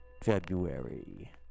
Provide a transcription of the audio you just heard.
February